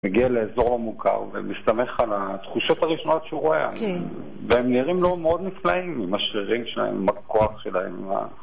מגיע לאזור המוכר ומסתמך על התחושות הראשונות שהוא רואה והם נראים לו מאוד נפלאים עם השרירים שלהם, עם הכוח שלהם